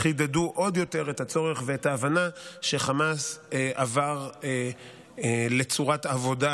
חידדו עוד יותר את הצורך ואת ההבנה שחמאס עבר לצורת עבודה,